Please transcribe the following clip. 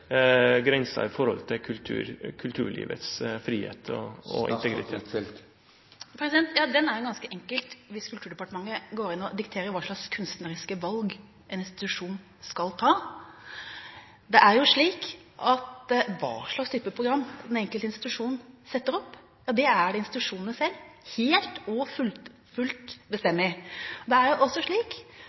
kulturlivets frihet og integritet? Det er jo ganske enkelt hvis Kulturdepartementet går inn og dikterer hva slags kunstneriske valg en institusjon skal ta. Det er slik at hva slags type program den enkelte institusjon setter opp, er det institusjonene selv som helt og fullt bestemmer. Det er jo også slik